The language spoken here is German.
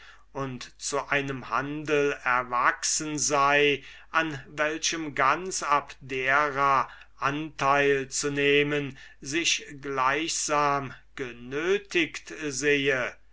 und zu einem handel erwachsen sei an welchem ganz abdera anteil zu nehmen sich gleichsam genötigt sehe